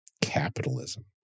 capitalism